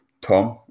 Tom